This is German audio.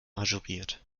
ajouriert